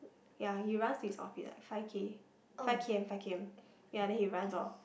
ya he runs to his office like five K five K_M five K_M ya then he runs lor